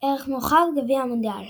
ערך מורחב – גביע המונדיאל